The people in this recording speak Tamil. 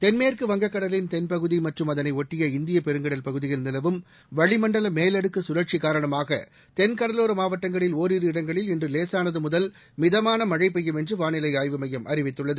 தென்மேற்கு வங்கக்கடலின் தென்பகுதி மற்றும் அதனை ஒட்டிய இந்திய பெருங்கடல் பகுதியில் நிலவும் வளிமண்டல மேலடுக்கு கழற்சி காரணமாக தென்கடலோர மாவட்டங்களில் ஓரிரு இடங்களில் இன்று லேசானது முதல் மிதமான மழை பெய்யும் என்று வாளிலை ஆய்வு மையம் அறிவித்துள்ளது